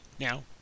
now